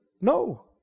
No